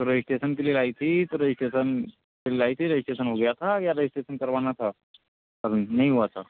तो रजिस्टेसन के लिए लाई थी तो रजिस्टेसन फिर लाई थी रजिस्टेसन हो गया था या रजिस्टेसन करवाना था अभी नहीं हुआ था